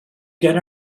get